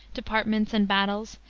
departments, and battles,